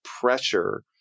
pressure